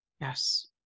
Yes